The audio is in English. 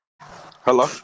Hello